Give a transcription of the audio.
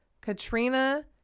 Katrina